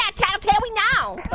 ah tattletail. we know.